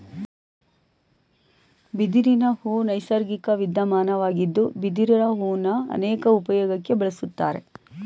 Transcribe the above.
ಬಿದಿರಿನಹೂ ನೈಸರ್ಗಿಕ ವಿದ್ಯಮಾನವಾಗಿದ್ದು ಬಿದಿರು ಹೂನ ಅನೇಕ ಉಪ್ಯೋಗಕ್ಕೆ ಬಳುಸ್ತಾರೆ